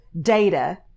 data